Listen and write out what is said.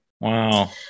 Wow